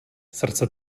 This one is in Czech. srdce